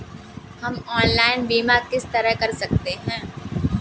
हम ऑनलाइन बीमा किस तरह कर सकते हैं?